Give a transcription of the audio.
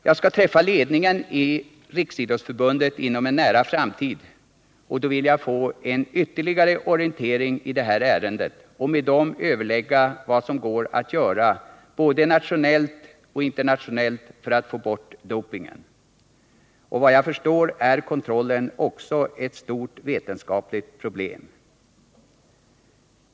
Jag skall träffa ledningen i Riksidrottsförbundet inom en nära framtid, och då vill jag få en ytterligare orientering i ärendet och med RF-ledningen överlägga om vad som går att göra både nationellt och internationellt för att få bort dopingen. Vad jag förstår är kontrollen också ett stort vetenskapligt problem.